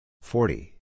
forty